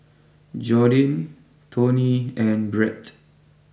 Jordyn Tony and Brett